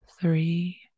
three